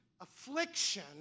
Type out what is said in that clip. affliction